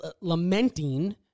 lamenting